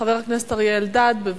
חבר הכנסת אריה אלדד, בבקשה.